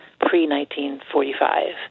pre-1945